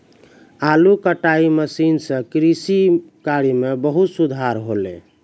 आलू कटाई मसीन सें कृषि कार्य म बहुत सुधार हौले